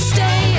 Stay